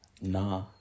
Nah